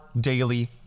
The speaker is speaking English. daily